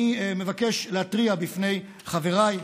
אני מבקש להתריע בפני חבריי,